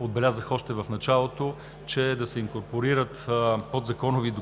отбелязах още в началото – че да се инкорпорират подзаконови